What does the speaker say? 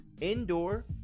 indoor